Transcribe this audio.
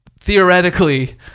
theoretically